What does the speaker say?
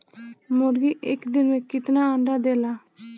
मुर्गी एक दिन मे कितना अंडा देला?